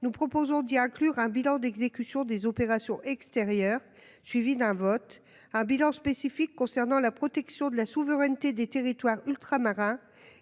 Nous proposons d'y inclure un bilan d'exécution des opérations extérieures, suivi d'un vote à bilan spécifiques concernant la protection de la souveraineté des territoires ultramarins